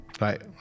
Right